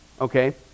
Okay